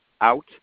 out